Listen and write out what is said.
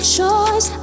choice